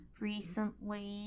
recently